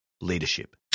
leadership